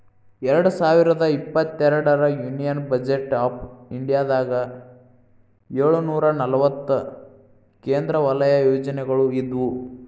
ಎರಡ್ ಸಾವಿರದ ಇಪ್ಪತ್ತೆರಡರ ಯೂನಿಯನ್ ಬಜೆಟ್ ಆಫ್ ಇಂಡಿಯಾದಾಗ ಏಳುನೂರ ನಲವತ್ತ ಕೇಂದ್ರ ವಲಯ ಯೋಜನೆಗಳ ಇದ್ವು